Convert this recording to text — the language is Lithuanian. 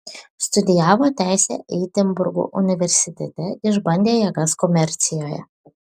studijavo teisę edinburgo universitete išbandė jėgas komercijoje